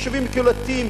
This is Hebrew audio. יישובים קהילתיים,